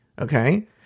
okay